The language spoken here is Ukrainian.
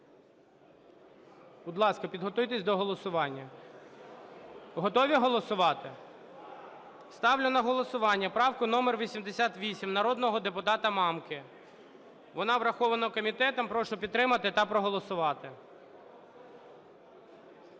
Будь ласка, підготуйтесь до голосування. Готові голосувати? Ставлю на голосування правку номер 88 народного депутата Мамки. Вона врахована комітетом, прошу підтримати та проголосувати.